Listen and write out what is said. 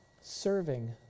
serving